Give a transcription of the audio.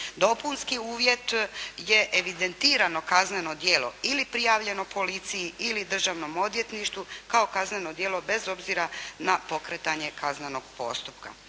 Dopunski uvjet je evidentirano kazneno djelo ili prijavljeno policiji ili državnom odvjetništvu kao kazneno djelo bez obzira na pokretanje kaznenog postupka.